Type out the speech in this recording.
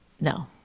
No